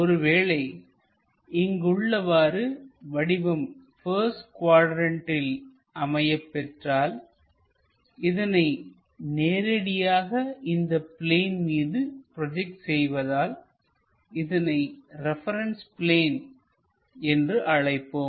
ஒருவேளை இங்கு உள்ளவாறு வடிவம் பஸ்ட் குவாட்ரண்ட்டில் அமையப் பெற்றால் இதனை நேரடியாக இந்த பிளேன் மீது ப்ரோஜெக்ட் செய்வதால் இதனை ரெபரன்ஸ் பிளேன் என்று அழைப்போம்